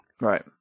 Right